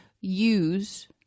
use